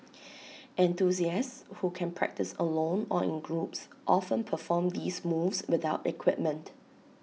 enthusiasts who can practise alone or in groups often perform these moves without equipment